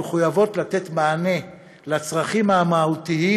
שמחויבות לתת מענה לצרכים המהותיים